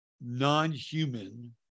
non-human